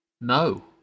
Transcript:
no